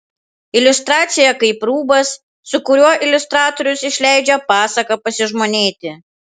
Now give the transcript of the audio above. iliustracija kaip rūbas su kuriuo iliustratorius išleidžia pasaką pasižmonėti